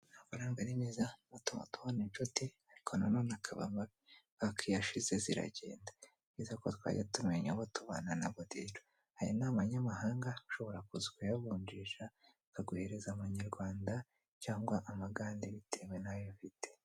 Amafaranga ni meza atuma tubona inshuti, ariko na none akaba mabi kuko iyo ashize ziragenda. Ni byiza ko twajya tumenya abo tubana nabo rero, aya ni amanyamahanga ushobora kuza ukayavunjisha bakaguhereza amanyarwanda cyangwa amagande bitewe n'ayo ufite.